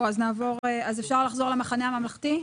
אפשר לחזור למחנה הממלכתי?